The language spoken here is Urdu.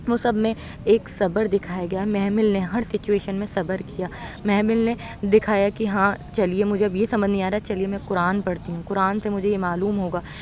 مصحف میں ایک صبر دکھایا گیا ہے محمل نے ہر سچسویشن میں صبر کیا محمل نے دکھایا کہ ہاں چلیے مجھے اب یہ سمجھ میں نہیں آ رہا چلیے میں قرآن پڑھتی ہوں قرآن سے مجھے یہ معلوم ہوگا